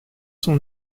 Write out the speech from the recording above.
sont